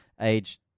age